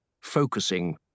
Focusing